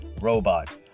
robot